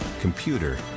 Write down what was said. computer